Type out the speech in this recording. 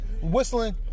Whistling